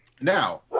Now